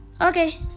Okay